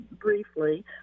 briefly